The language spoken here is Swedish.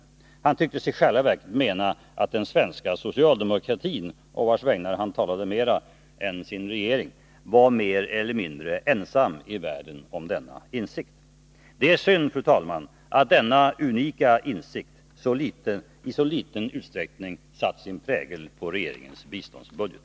Han tycktes i själva verket mena att den svenska socialdemokratin, på vars vägnar han talade mera än på sin regerings, var mer eller mindre ensam i världen om denna insikt. Det är synd, fru talman, att denna unika insikt i så liten utsträckning satt sin prägel på regeringens biståndsbudget.